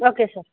okay sir